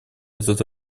этот